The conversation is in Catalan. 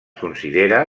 considera